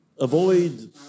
avoid